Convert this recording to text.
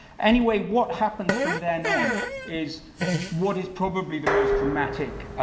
anyway, what happens from then on is what is probably the most dramatic